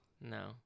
No